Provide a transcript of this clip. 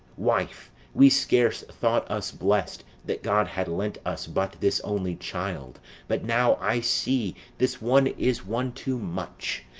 wife, we scarce thought us blest that god had lent us but this only child but now i see this one is one too much,